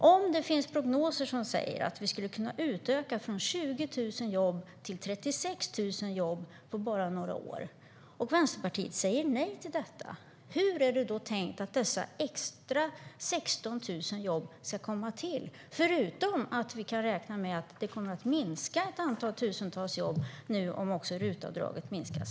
Om det finns prognoser som säger att vi skulle kunna utöka från 20 000 jobb till 36 000 jobb på bara några år och Vänsterpartiet säger nej till detta, hur är det då tänkt att dessa extra 16 000 jobb ska komma till? Förutom detta måste vi också räkna med att tusentals jobb kommer att försvinna om RUT-avdraget minskas.